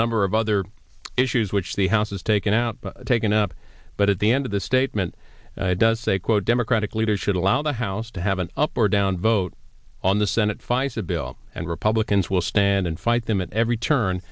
number of other issues which the house has taken out taken up but at the end of the statement does say quote democratic leaders should allow the house to have an up or down vote on the senate fice a bill and republicans will stand and fight them at every turn